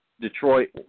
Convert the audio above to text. Detroit